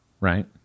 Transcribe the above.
Right